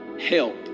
help